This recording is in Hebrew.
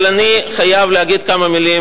אבל אני חייב להגיד כמה מלים,